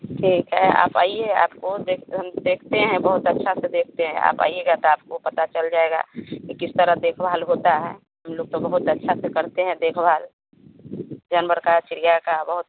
ठीक है आप आइए आपको देख हम देखते हैं बहुत अच्छा से देखते हैं आप आइएगा तो आपको पता चल जाएगा कि किस तरह देखभाल होता है हम लोग तो बहुत अच्छा सा करते हैं देखभाल जानवर का चिड़िया का बहुत